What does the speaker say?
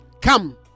Come